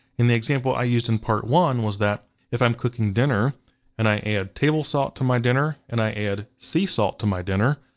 in the example i used in part one was that if i'm cooking dinner and i add table salt to my dinner and i add sea salt to my dinner,